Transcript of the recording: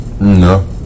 No